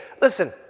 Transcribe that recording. listen